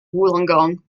wollongong